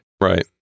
Right